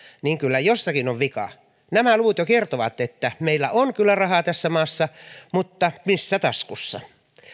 niin kyllä jossakin on vika nämä luvut jo kertovat että meillä on kyllä rahaa tässä maassa mutta missä taskussa